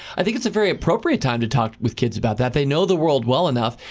i think it's a very appropriate time to talk with kids about that. they know the world well enough,